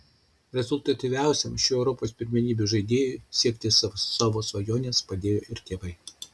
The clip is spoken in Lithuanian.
rezultatyviausiam šių europos pirmenybių žaidėjui siekti savo svajonės padėjo ir tėvai